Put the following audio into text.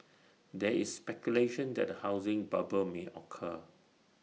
there is speculation that A housing bubble may occur